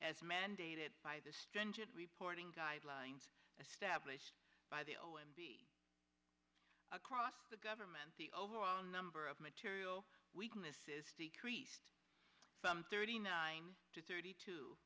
as mandated by the stringent reporting guidelines stablished by the o m b across the government the overall number of material weakness is decreased from thirty nine to thirty two